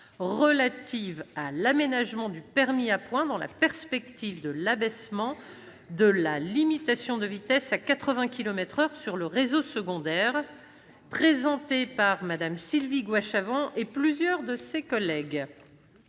relative à l'aménagement du permis à points dans la perspective de l'abaissement de la limitation de vitesse à 80 kilomètres par heure sur le réseau secondaire, présentée par Mme Sylvie Goy-Chavent et plusieurs de ses collègues